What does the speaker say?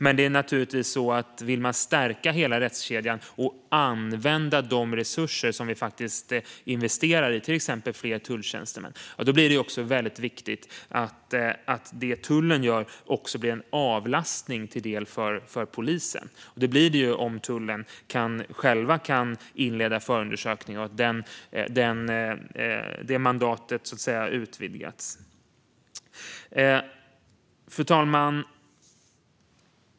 Men vill man stärka rättskedjan och använda de resurser som vi faktiskt investerar i, till exempel fler tulltjänstemän, är det viktigt att det tullen gör också blir en avlastning för polisen. Det blir det om tullen själv kan inleda förundersökningar, om det mandatet utvidgas. Fru talman!